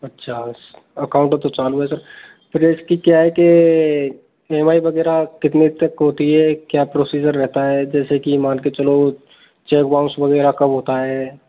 अच्छा उस अकाउंट तो चालू है सर फिर इसकी क्या है कि ई एम आई वगैरह कितने तक होती है क्या प्रोसीज़र रहता है जैसे कि मान कि चलो चेक बाउंस वगैरह कब होता है